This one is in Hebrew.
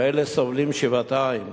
ואלה סובלים שבעתיים.